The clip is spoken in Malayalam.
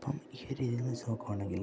അപ്പം ഈ ഒരു രീതിയിൽ വച്ചു നോക്കുവാണെങ്കിൽ